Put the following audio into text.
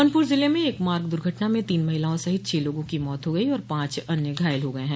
जौनपुर जिले में एक मार्ग दुर्घटना में तीन महिलाओं सहित छह लोगों की मौत हो गई और पांच अन्य घायल हो गये हैं